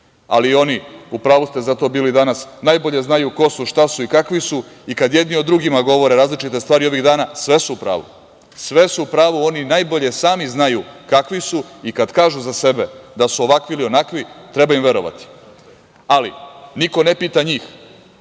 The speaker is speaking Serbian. ali oni, u pravu ste za to bili danas, najbolje znaju ko su šta su i kakvi su i kad jedni od drugima govore različite stvari ovih dana, sve su u pravu. Sve su u pravu, oni najbolje sami znaju kakvi su i kad kažu za sebe da su ovakvi ili onakvi, treba im verovati. Ali, niko ne pita njih